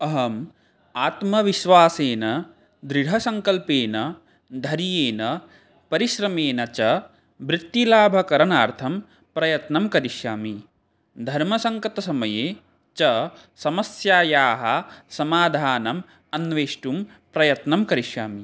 अहम् आत्मविश्वासेन दृढसङ्कल्पेन धैर्येण परिश्रमेण च वृत्तिलाभकरणार्थं प्रयत्नं करिष्यामि धर्मसङ्कटसमये च समस्यायाः समाधानम् अन्वेष्टुं प्रयत्नं करिष्यामि